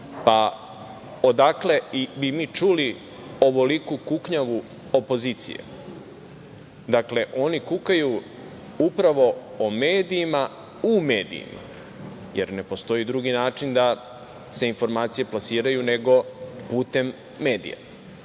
pa odakle bi mi čuli ovoliku kuknjavu opozicije? Dakle, oni kukaju upravo o medijima – u medijima, jer ne postoji drugi način da se informacije plasiraju nego putem medija.